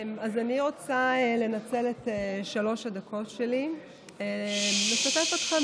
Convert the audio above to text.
אז אני רוצה לנצל את שלוש הדקות שלי לשתף אתכם